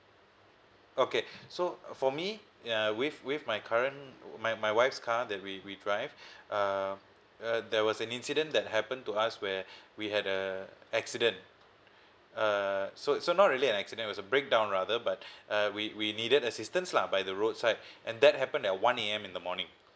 okay so for me uh with with my current my my wife's car that we we drive uh uh there was an incident that happen to us where we had a accident uh so so not really an accident was a breakdown rather but uh we we needed assistance lah by the roadside and that happened at one A_M in the morning